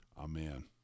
Amen